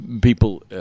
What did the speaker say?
people